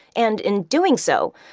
and in doing so,